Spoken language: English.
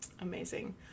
amazing